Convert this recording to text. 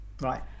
right